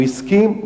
הוא הסכים?